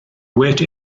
wet